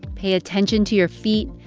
pay attention to your feet.